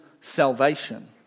salvation